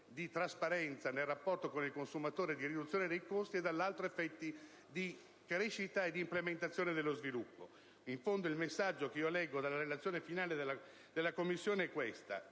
di trasparenza nel rapporto con il consumatore, di riduzione dei costi e dall'altro effetti di crescita e di implementazione dello sviluppo. In fondo, il messaggio che leggo dalla relazione finale della Commissione è questo: